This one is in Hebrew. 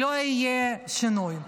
לא יהיה שינוי.